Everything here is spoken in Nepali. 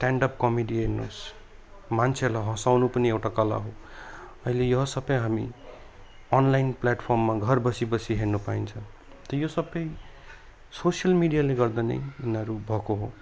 स्ट्यान्ड अप कमेडी हेर्नुहोस् मान्छेलाई हँसाउनु पनि एउटा कला हो अहिले यो सबै हामी अनलाइन प्ल्याटफर्ममा घर बसी बसी हेर्नु पाइन्छ त यो सबै सोसियल मिडियाले गर्दा नै यिनीहरू भएको हो